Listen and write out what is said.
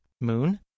Moon